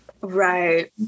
Right